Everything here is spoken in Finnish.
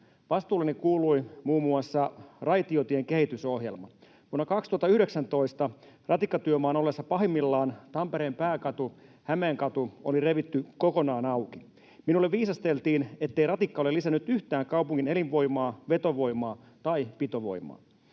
Vastuulleni kuului muun muassa raitiotien kehitysohjelma. Vuonna 2019 ratikkatyömaan ollessa pahimmillaan Tampereen pääkatu, Hämeenkatu, oli revitty kokonaan auki. Minulle viisasteltiin, ettei ratikka ole lisännyt yhtään kaupungin elinvoimaa, vetovoimaa tai pitovoimaa.